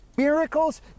Miracles